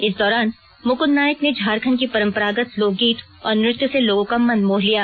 इस दौरान मुकुंद नायक ने झारखंड की परंपरागत लोक गीत और नृत्य से लोगों का मन मोह लिया